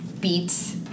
beats